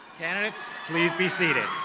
candidates, please be seated.